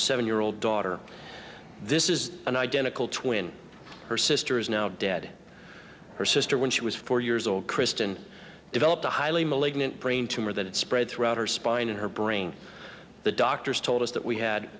seven year old daughter this is an identical twin her sister is now dead her sister when she was four years old kristen developed a highly malignant brain tumor that had spread throughout her spine and her brain the doctors told us that we had